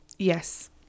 Yes